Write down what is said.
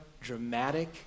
dramatic